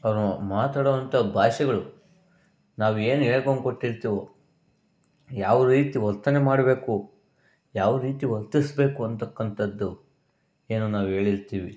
ಅವರು ಮಾತಾಡುವಂಥ ಭಾಷೆಗಳು ನಾವೇನು ಹೇಳ್ಕೊಂಡು ಕೊಟ್ಟಿರ್ತೀವೋ ಯಾವ ರೀತಿ ವರ್ತನೆ ಮಾಡಬೇಕು ಯಾವ ರೀತಿ ವರ್ತಿಸಬೇಕು ಅನ್ನತಕ್ಕಂಥದ್ದು ಏನು ನಾವು ಹೇಳಿರ್ತೀವಿ